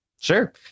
sure